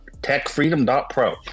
techfreedom.pro